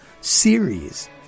series